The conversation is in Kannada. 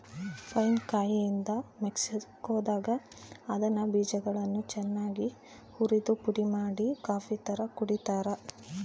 ಪೈನ್ ಕಾಯಿಯಿಂದ ಮೆಕ್ಸಿಕೋದಾಗ ಅದರ ಬೀಜಗಳನ್ನು ಚನ್ನಾಗಿ ಉರಿದುಪುಡಿಮಾಡಿ ಕಾಫಿತರ ಕುಡಿತಾರ